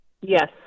Yes